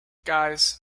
guys